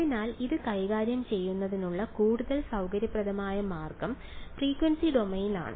അതിനാൽ ഇത് കൈകാര്യം ചെയ്യുന്നതിനുള്ള കൂടുതൽ സൌകര്യപ്രദമായ മാർഗം ഫ്രീക്വൻസി ഡൊമെയ്നിലാണ്